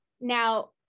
Now